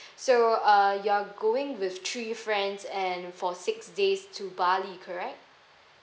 so uh you're going with three friends and for six days to bali correct